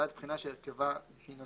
אני בעד שזה יהיה בנוסף ולא במקום.